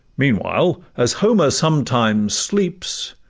meanwhile, as homer sometimes sleeps,